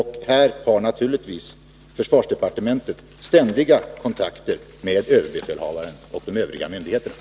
Här har naturligtvis försvarsdepartementet ständiga kontakter med överbefälhavaren och de övriga myndigheterna.